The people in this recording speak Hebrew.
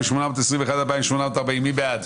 רוויזיה על הסתייגויות 2580-2561, מי בעד?